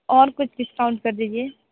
और कुछ डिस्काउंट कर दीजिए